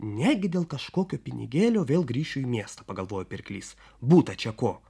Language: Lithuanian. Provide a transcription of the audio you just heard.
negi dėl kažkokio pinigėlio vėl grįšiu į miestą pagalvojo pirklys būta čia ko